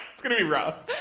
it's going to be rough.